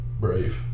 Brave